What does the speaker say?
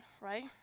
right